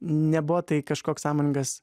nebuvo tai kažkoks sąmoningas